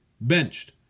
Benched